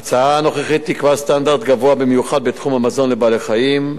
ההצעה הנוכחית תקבע סטנדרט גבוה במיוחד בתחום המזון לבעלי-חיים,